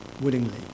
willingly